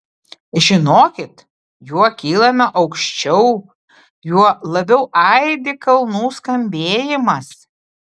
žinokit juo kylame aukščiau juo labiau aidi kalnų skambėjimas